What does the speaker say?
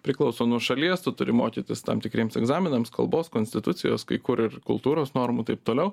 priklauso nuo šalies tu turi mokytis tam tikriems egzaminams kalbos konstitucijos kai kur ir kultūros normų taip toliau